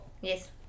Yes